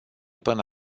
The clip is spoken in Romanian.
până